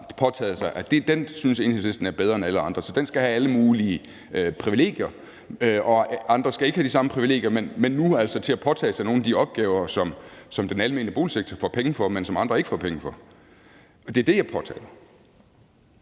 påtaget sig, og som Enhedslisten synes er bedre end alle andre, så den skal have alle mulige privilegier, mens andre ikke skal have de samme privilegier, men nu skal de til at påtage sig nogle af de opgaver, som den almene boligsektor får penge for, men som andre ikke får penge for. Det er det, jeg påtaler.